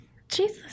Jesus